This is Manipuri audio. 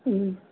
ꯎꯝ